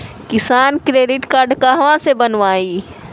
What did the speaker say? किसान credit card कहवा से बनवाई?